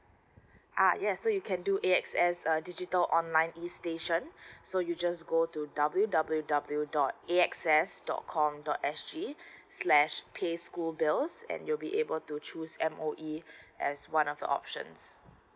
uh yes so you can do A_X_S err digital online e station so you just go to w w w dot a x s dot com dot s g slash pace school bills and you'll be able to choose M_O_E as one of the options